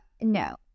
no